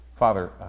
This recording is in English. Father